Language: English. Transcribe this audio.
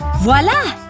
voila!